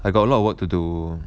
I got a lot of work to do